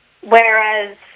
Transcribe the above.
Whereas